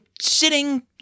sitting